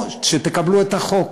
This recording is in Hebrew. או שתקבלו את החוק.